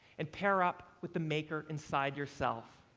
and pair up with the maker inside yourself,